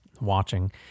watching